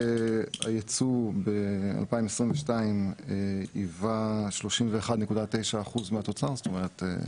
הייצוא ב-2022 היווה 31.9 אחוז מהתוצר - זאת אומרת,